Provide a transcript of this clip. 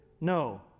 No